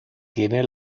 tiene